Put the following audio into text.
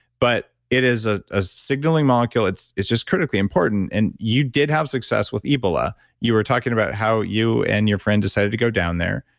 but it is a ah signaling molecule, it's it's just critically important. and you did have success with ebola you were talking about how you and your friend decided to go down there,